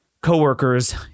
Coworkers